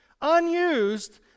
unused